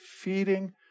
feeding